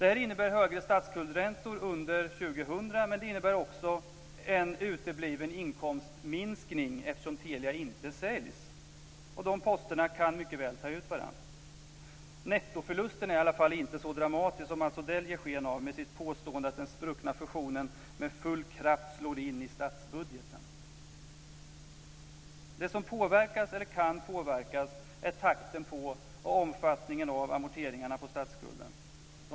Det här innebär högre statsskuldsräntor under år 2000, men det innebär också en utebliven inkomstminskning eftersom Telia inte säljs. Nettoförlusten är i alla fall inte så dramatisk som Mats Odell ger sken av med påståendet att den spruckna fusionen med full kraft slår in i statsbudgeten. Det som påverkas eller kan påverkas är takten på och omfattningen av amorteringarna på statsskulden.